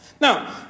Now